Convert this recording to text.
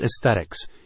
aesthetics